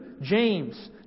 James